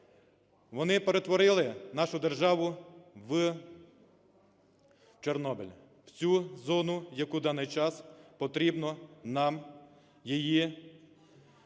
вони перетворили нашу державу в Чорнобиль, в цю зону, яку в даний час потрібно нам її захищати,